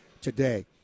today